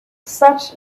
such